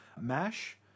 MASH